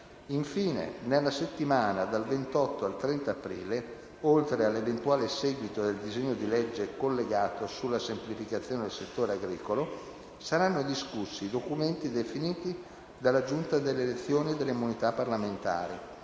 Infine, nella settimana dal 28 al 30 aprile, oltre all'eventuale seguito del disegno di legge collegato sulla semplificazione del settore agricolo, saranno discussi i documenti definiti dalla Giunta delle elezioni e delle immunità parlamentari